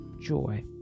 joy